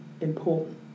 important